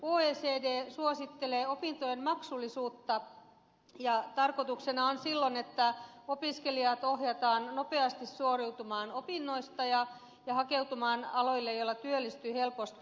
oecd suosittelee opintojen maksullisuutta ja tarkoituksena on silloin että opiskelijat ohjataan nopeasti suoriutumaan opinnoista ja hakeutumaan aloille joilla työllistyy helposti